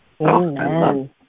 Amen